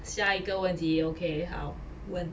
下一个问题 okay 好问